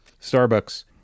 Starbucks